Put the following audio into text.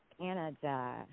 Canada